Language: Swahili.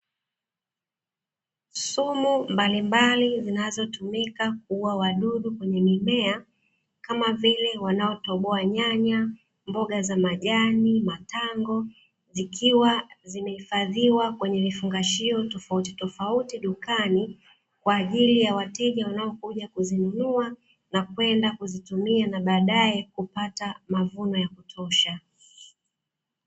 Sumu mbalimbali zinazotumika kuuwa wadudu kwenye mimea kama vile wanaotoboa nyanya, mboga za majani, matango zikiwa zimehifadhiwa kwenye vifungashio tofauti tofauti dukani kwa ajili ya wateja wanaokuja kuzinunua na kwenda kuzitumia na baadae kupata mavuno ya kutosha.